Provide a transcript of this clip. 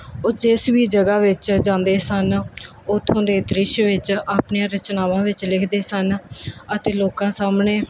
ਉਹ ਜਿਸ ਵੀ ਜਗ੍ਹਾ ਵਿੱਚ ਜਾਂਦੇ ਸਨ ਉੱਥੋਂ ਦੇ ਦ੍ਰਿਸ਼ ਵਿੱਚ ਆਪਣੀਆਂ ਰਚਨਾਵਾਂ ਵਿੱਚ ਲਿਖਦੇ ਸਨ ਅਤੇ ਲੋਕਾਂ ਸਾਹਮਣੇ